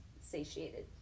satiated